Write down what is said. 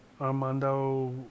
Armando